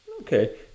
okay